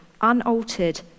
unaltered